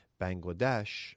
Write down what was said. Bangladesh